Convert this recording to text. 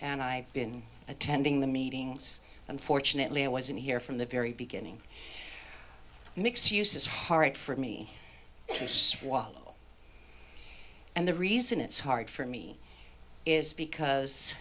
and i been attending the meetings unfortunately i wasn't here from the very beginning mix use is hard for me to swallow and the reason it's hard for me is because